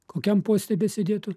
kokiam poste besėdėtų